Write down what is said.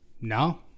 No